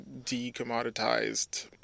decommoditized